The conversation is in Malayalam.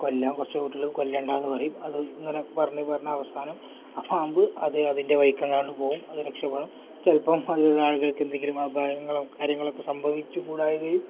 കൊല്ലാം കുറച്ചു കൂട്ടർ കൊല്ലണ്ട എന്ന് പറയും അത് ഇങ്ങനെ പറഞ്ഞു പറഞ്ഞു അവസാനം ആ പാമ്പ് അത് അതിൻ്റെ വഴിക്ക് പോകും അത് രക്ഷപടണം ചിലപ്പം അതിൽ ഉള്ളാളുകൾക്ക് എന്തെങ്കിലും അപായങ്ങളും കാര്യങ്ങളൊക്കെ സംഭവിച്ചു കൂടായ്കയും